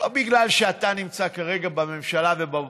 לא בגלל שאתה נמצא כרגע בממשלה ובקואליציה,